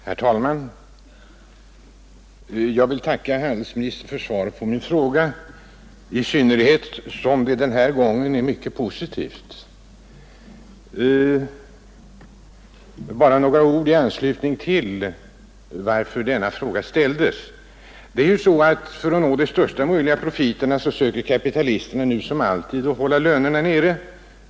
Herr talman! Jag vill tacka handelsministern för svaret på min fråga, i synnerhet som det den här gången var mycket positivt. Men jag vill också säga några ord om varför denna fråga ställdes. För att nå de största möjliga profiterna söker kapitalisterna nu som alltid att hålla lönerna nere.